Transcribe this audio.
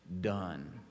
done